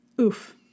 Oof